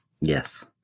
Yes